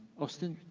austin,